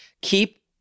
Keep